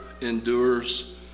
endures